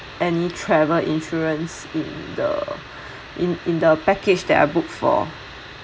any travel insurance in the in in the package that I book for